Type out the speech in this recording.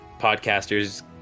podcasters